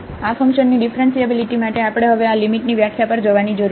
તેથી આ ફંકશનની ડીફરન્શીએબીલીટી માટે આપણે હવે આ લિમિટની વ્યાખ્યા પર જવાની જરૂર છે